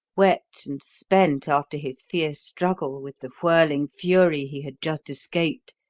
wet and spent after his fierce struggle with the whirling fury he had just escaped,